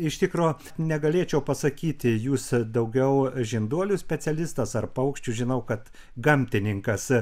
iš tikro negalėčiau pasakyti jūs daugiau žinduolių specialistas ar paukščių žinau kad gamtininkas